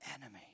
enemy